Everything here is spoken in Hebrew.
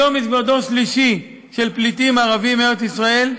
היום יש כבר דור שלישי של פליטים ערבים מארץ ישראל,